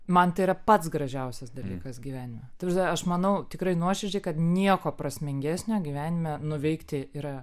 man tai yra pats gražiausias dalykas gyvenime ta prasme ta prasme aš manau tikrai nuoširdžiai kad nieko prasmingesnio gyvenime nuveikti yra